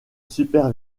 super